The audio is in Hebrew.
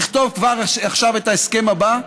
לכתוב כבר עכשיו את ההסכם הבא,